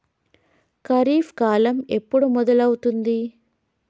ఖరీఫ్ కాలం ఎప్పుడు మొదలవుతుంది?